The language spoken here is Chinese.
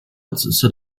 紫色